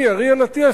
אני אריאל אטיאס,